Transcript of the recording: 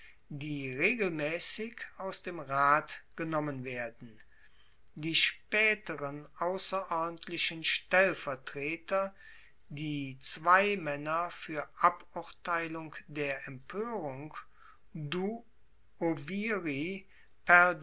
die regelmaessig aus dem rat genommen werden die spaeteren ausserordentlichen stellvertreter die zweimaenner fuer aburteilung der empoerung